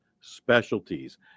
specialties